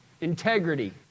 integrity